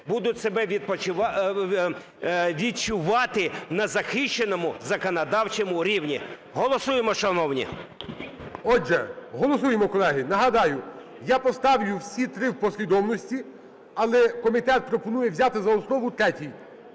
будуть себе відчувати на захищеному законодавчому рівні. Голосуємо, шановні! ГОЛОВУЮЧИЙ. Отже, голосуємо, колеги. Нагадаю, я поставлю всі три в послідовності, але комітет пропонує взяти за основу третій,